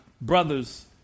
brother's